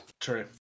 true